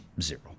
zero